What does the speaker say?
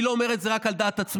אני לא אומר את זה רק על דעת עצמי,